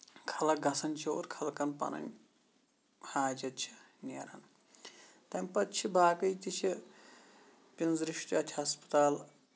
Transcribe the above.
خلق گژھان چھِ اور خلقن پَنٕنۍ حاجت چھِ نیران تَمہِ پَتہٕ چھِ باقی تہِ چھِ پِنزرِ چھِ اَتہِ ہسپَتال